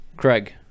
Craig